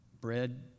Bread